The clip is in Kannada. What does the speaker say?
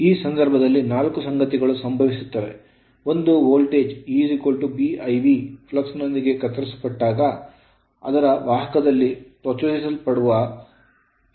ಇಲ್ಲಿ ಈ ಸಂದರ್ಭದಲ್ಲಿ ನಾಲ್ಕು ಸಂಗತಿಗಳು ಸಂಭವಿಸುತ್ತವೆ ಒಂದು voltage E B l V flux ನಿಂದ ಕತ್ತರಿಸಲ್ಪಟ್ಟಾಗ ಅದರ ವಾಹಕದಲ್ಲಿ ಪ್ರಚೋದಿಸಲ್ಪಡುತ್ತದೆ